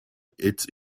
its